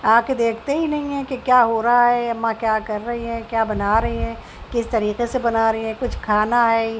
آ کے دیکھتے ہی نہیں ہیں کہ کیا ہو رہا ہے اماں کیا کر رہی ہیں کیا بنا رہی ہیں کس طریقے سے بنا رہی ہیں کچھ کھانا ہے